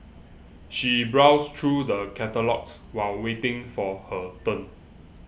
she browsed through the catalogues while waiting for her turn